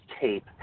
tape